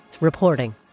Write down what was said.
Reporting